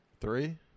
Three